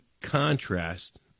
contrast